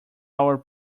our